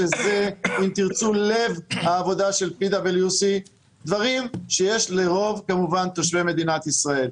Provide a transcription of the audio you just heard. שזה לב העבודה של PwC. דברים שיש לרוב תושבי מדינת ישראל.